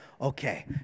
okay